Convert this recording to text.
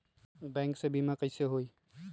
Bank से बिमा कईसे होई?